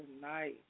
tonight